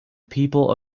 people